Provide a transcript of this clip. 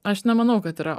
aš nemanau kad yra